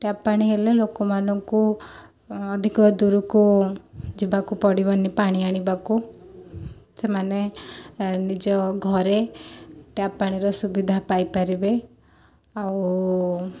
tap ପାଣି ହେଲେ ଲୋକମାନଙ୍କୁ ଅଧିକ ଦୂରୁକୁ ଯିବାକୁ ପଡ଼ିବନି ପାଣି ଆଣିବାକୁ ସେମାନେ ନିଜ ଘରେ ଟ୍ୟାପ୍ ପାଣିର ସୁବିଧା ପାଇପାରିବେ ଆଉ